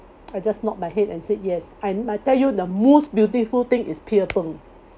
I just nod my head and said yes I'm I tell you the most beautiful thing is pierre png